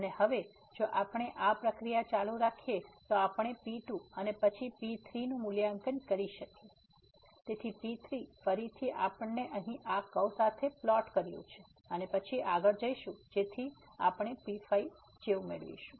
અને હવે જો આપણે આ પ્રક્રિયા ચાલુ રાખીએ તો આપણે P2 અને પછી P3 નું મૂલ્યાંકન કરી શકીએ તેથી P3 ફરીથી આપણે અહીં આ કર્વ સાથે પ્લોટ કર્યું છે અને પછી આગળ જઈશું જેથી આપણે P5 જેવું મળીશું